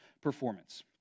performance